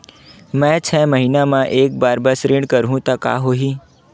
मैं छै महीना म एक बार बस ऋण करहु त का होही?